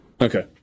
Okay